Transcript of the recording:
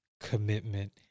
commitment